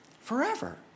Forever